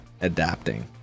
adapting